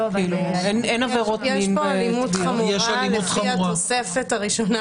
אבל אחרי העברתו בקריאה ראשונה,